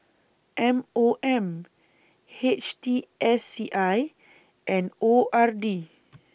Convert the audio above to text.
M OM H T S C I and O R D